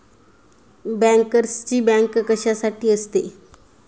बँकर्सची बँक कशासाठी असते?